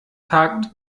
tagt